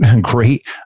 great